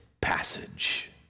passage